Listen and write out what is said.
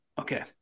Okay